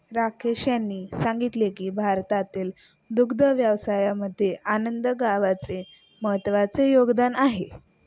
राकेश यांनी सांगितले की भारतातील दुग्ध व्यवसायामध्ये आनंद गावाचे महत्त्वाचे योगदान आहे